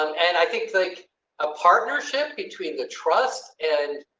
um and i think like a partnership between the trust and.